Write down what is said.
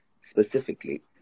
specifically